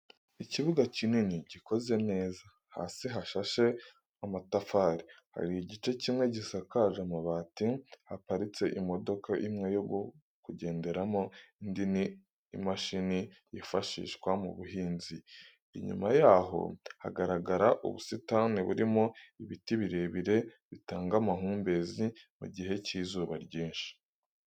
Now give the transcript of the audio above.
Ikibuga kinini gikoze neza hasi hashashe amatafari, hari igice kimwe gisakaje amabati haparitse imodoka imwe yo kugendamo indi ni imashini yifashishwa mu buhinzi inyuma yaho hagaragara ubusitani burimo ibiti birebire bitanga amahumbezi mu gihe cy'izuba ryinshi.